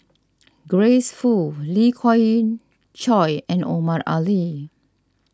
Grace Fu Lee Khoon Choy and Omar Ali